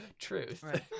truth